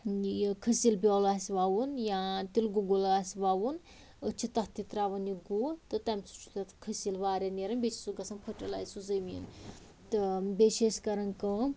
یہِ کھٔسیٖل بیوٚل آسہِ وَوُن یا تِلہٕ گۅگُل آسہِ وَوُن أسۍ چھِ تتھ تہِ ترٛاوان یہِ گُہہ تہٕ تَمہِ سۭتۍ چھُ تتھ کھٔسیٖل وارِیاہ نیران بیٚیہِ سُہ گَژھان فٔٹٕلے سُہ زٔمیٖن تہٕ بیٚیہِ چھِ أسۍ کَران کٲم